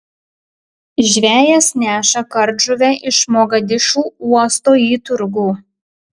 žvejas neša kardžuvę iš mogadišu uosto į turgų